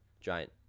giant